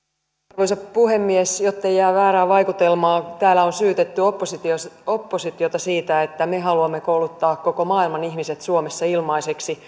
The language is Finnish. arvoisa puhemies jottei jää väärää vaikutelmaa kun täällä on syytetty oppositiota siitä että me haluamme kouluttaa koko maailman ihmiset suomessa ilmaiseksi